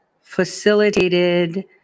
facilitated